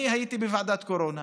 אני הייתי בוועדת קורונה